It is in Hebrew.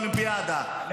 באולימפיאדה.